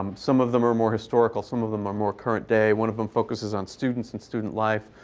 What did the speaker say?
um some of them are more historical. some of them are more current day. one of them focuses on students and student life.